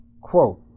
Quote